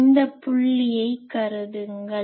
இந்த புள்ளியை கருதுங்கள்